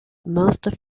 most